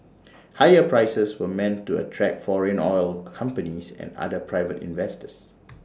higher prices were meant to attract foreign oil companies and other private investors